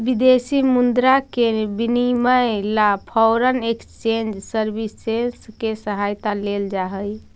विदेशी मुद्रा के विनिमय ला फॉरेन एक्सचेंज सर्विसेस के सहायता लेल जा हई